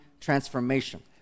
transformation